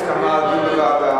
אם כך, יש הסכמה על דיון בוועדה.